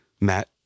Matt